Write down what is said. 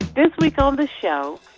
this week on the show,